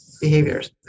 behaviors